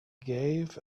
gave